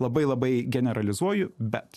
labai labai generalizuoju bet